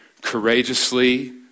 courageously